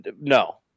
No